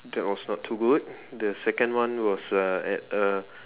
that was not too good then second one was uh at a